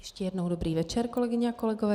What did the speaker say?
Ještě jednou dobrý večer, kolegyně a kolegové